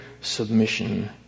submission